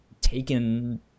taken